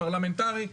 פרלמנטרי,